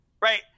right